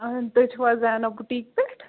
اہن تُہۍ چھِو حظ زینب بُٹیٖک پیٚٹھ